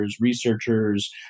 researchers